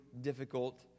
difficult